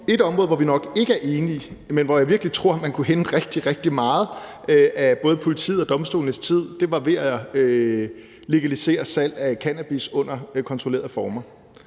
Et område, hvor vi nok ikke er enige, men hvor jeg virkelig tror at man kunne hente rigtig, rigtig meget i forhold til både politiets og domstolenes tid, er det med at legalisere salg af cannabis under kontrollerede former.